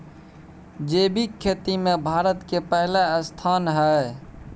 जैविक खेती में भारत के पहिला स्थान हय